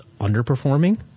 underperforming